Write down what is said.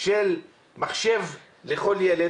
של מחשב לכל ילד.